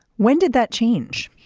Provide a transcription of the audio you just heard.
when did that change.